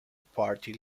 party